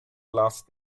last